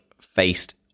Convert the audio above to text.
faced